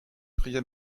pria